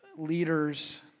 leaders